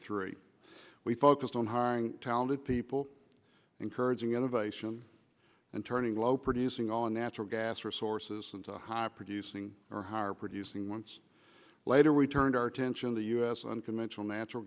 three we focused on hiring talented people encouraging innovation and turning low producing all natural gas resources into high producing or higher producing months later we turned our attention to u s unconventional natural